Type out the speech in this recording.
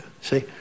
See